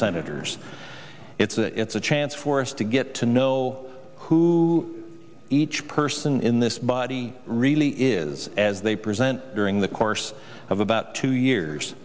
senators it's a chance for us to get to know who each person in this body really is as they present during the course of about two years